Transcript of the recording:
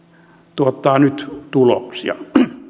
tuottaa nyt tuloksia